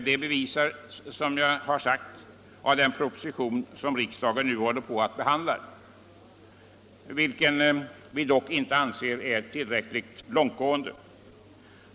Det bevisas, som jag sagt, av den proposition som just nu behandlas i kammaren. Vi anser dock icke att den är tillräckligt långtgående.